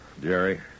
Jerry